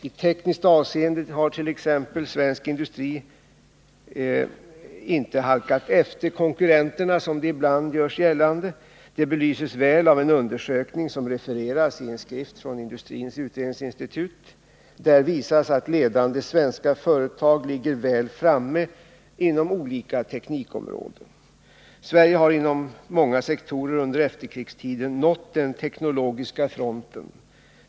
I tekniskt avseende t.ex. har inte svensk industri halkat efter konkurrenterna, vilket ibland görs gällande. Detta belyses väl av en undersökning som refereras i en skrift ifrån Industrins utredningsinstitut. Där visas att ledande svenska företag ligger väl framme inom olika teknikområden. Under efterkrigstiden har Sverige inom många sektorer nått den teknologiska fronten.